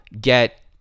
get